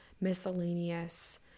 miscellaneous